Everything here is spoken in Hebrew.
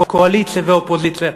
קואליציה ואופוזיציה.